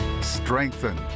strengthen